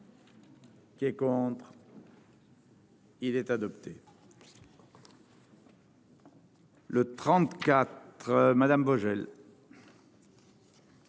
Qui est contre. Il est adopté. Le 34 madame Vogel.